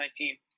2019